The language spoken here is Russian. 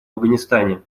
афганистане